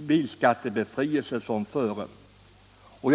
bilskattebefrielse föreligga som före.